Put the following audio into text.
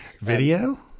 video